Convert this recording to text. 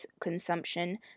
consumption